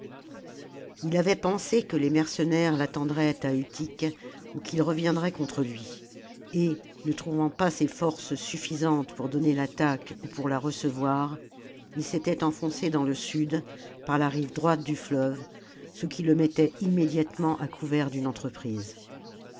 il avait pensé que les mercenaires l'attendraient à utique ou qu'ils reviendraient contre lui et ne trouvant pas ses forces suffisantes pour donner l'attaque ou pour la recevoir il s'était enfoncé dans le sud par la rive droite du fleuve ce qui le mettait immédiatement à couvert d'une entreprise